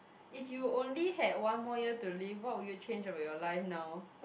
if you only had one more year to live what will you change about your life now